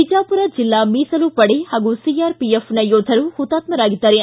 ಬಿಜಾಪುರ ಜಿಲ್ಲಾ ಮೀಸಲು ಪಡೆ ಹಾಗೂ ಸಿಆರ್ಪಿಎಫ್ನ ಯೋಧರು ಮತಾತ್ಮರಾಗಿದ್ದಾರೆ